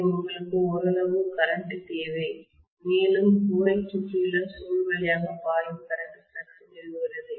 எனவே உங்களுக்கு ஓரளவு கரண்ட் தேவை மேலும் கோரைச் சுற்றியுள்ள சுருள் வழியாக பாயும் கரண்ட் ஃப்ளக்ஸ் ஐ நிறுவுகிறது